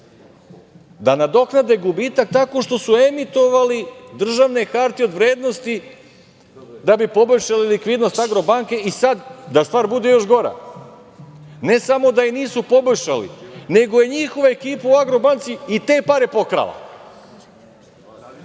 da nadoknade gubitak tako što su emitovali državne hartije od vrednosti da bi poboljšali likvidnost „Agrobanke“. Sad da stvar bude još gora, ne samo da je nisu poboljšali, nego je njihova ekipa u „Agrobanci“ i te pare pokrala. To